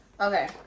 okay